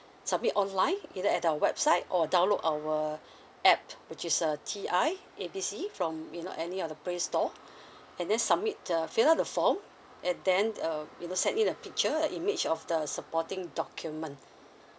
submit online either at our website or download our app which is uh T I A B C from you know any of the play store and then submit the fill up the form and then um you know send in the picture and image of the supporting documents